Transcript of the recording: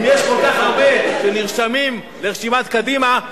אם יש כל כך הרבה שנרשמים לרשימת קדימה,